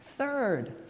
Third